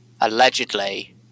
allegedly